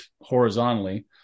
horizontally